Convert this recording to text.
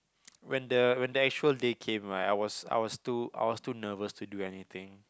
when the when the actual day came right I was I was too I was too nervous to do anything